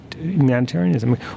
humanitarianism